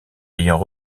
ayant